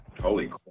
holy